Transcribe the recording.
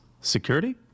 security